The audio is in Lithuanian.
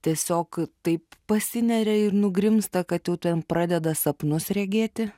tiesiog taip pasineria ir nugrimzta kad jau ten pradeda sapnus regėti